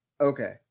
Okay